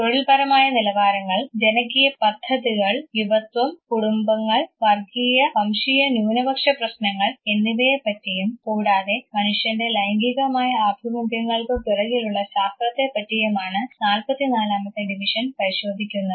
തൊഴിൽപരമായ നിലവാരങ്ങൾ ജനകീയ പദ്ധതികൾ യുവത്വം കുടുംബങ്ങൾ വർഗീയവംശീയ ന്യൂനപക്ഷ പ്രശ്നങ്ങങ്ങൾ എന്നിവയെപ്പറ്റിയും കൂടാതെ മനുഷ്യൻറെ ലൈംഗികമായ ആഭിമുഖ്യങ്ങൾക്ക് പിറകിലുള്ള ശാസ്ത്രത്തെ പറ്റിയുമാണ് നാല്പത്തി നാലാമത്തെ ഡിവിഷൻ പരിശോധിക്കുന്നത്